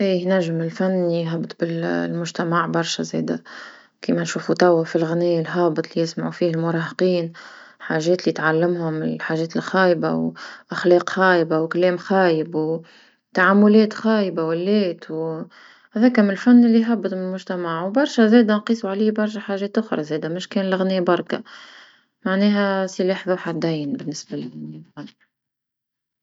باهي ينجم يهبط بالمجتمع برشا زادا نشوفو توا في لغنى الهابط لي يسمعو فيه المراهقين، حاجات لي تعلمهم الحاجات الخايبة أخلاق خايبة وكلام خايب أو تعاملات خايبة ولات أو هذاك من الفن اللي يهبط من المجتمع او برشا زادا نقيسو على برشا حاجة أخرى مش كان لغنى بركا معنها سيف ذو حدين بنسبة ليا أنا.